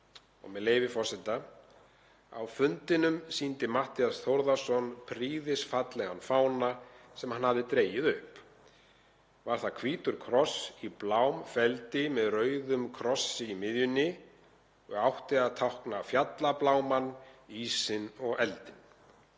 Með leyfi forseta: „Á fundinum sýndi hr. Matthías Þórðarson prýðisfallegan fána, sem hann hafði dregið upp; var það hvítur kross í blám feldi, með rauðum krossi í miðjunni, og átti að tákna fjallablámann, ísinn og eldinn.